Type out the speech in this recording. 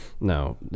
No